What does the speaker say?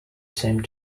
same